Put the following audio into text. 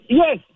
yes